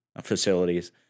facilities